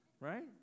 Right